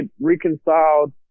reconciled